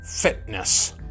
fitness